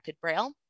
Braille